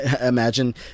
Imagine